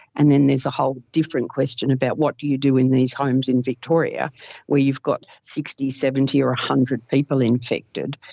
and then there's a whole different question about what do you do in these homes in victoria where you've got sixty, seventy or one hundred people infected?